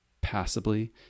passably